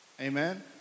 Amen